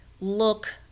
look